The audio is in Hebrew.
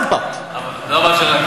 אבל למה,